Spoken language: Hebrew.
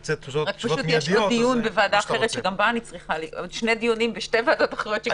פשוט יש לי עוד שני דיונים בשתי ועדות אחרות.